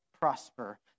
prosper